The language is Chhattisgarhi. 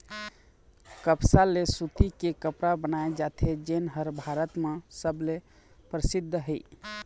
कपसा ले सूती के कपड़ा बनाए जाथे जेन ह भारत म सबले परसिद्ध हे